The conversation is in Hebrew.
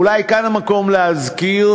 אולי כאן המקום להזכיר,